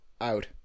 out